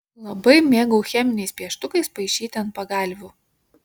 labai mėgau cheminiais pieštukais paišyti ant pagalvių